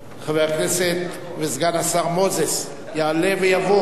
חבר הכנסת וסגן השר מוזס יעלה ויבוא,